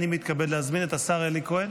אני מתכבד להזמין את השר אלי כהן